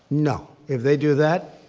no. if they do that,